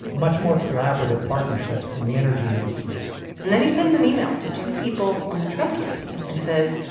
much more collaborative partnerships in the energy industry and then he sends an email to two people on the trump campaign and says,